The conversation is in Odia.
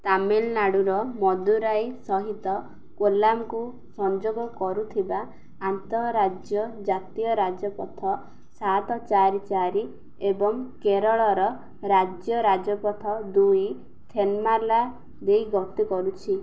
ତାମିଲନାଡ଼ୁର ମଦୁରାଇ ସହିତ କୋଲାମକୁ ସଂଯୋଗ କରୁଥିବା ଆନ୍ତଃରାଜ୍ୟ ଜାତୀୟ ରାଜପଥ ସାତ ଚାରି ଚାରି ଏବଂ କେରଳର ରାଜ୍ୟ ରାଜପଥ ଦୁଇ ଥେନମାଲା ଦେଇ ଗତି କରୁଛି